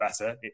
better